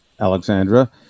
Alexandra